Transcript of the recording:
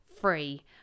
free